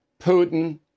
Putin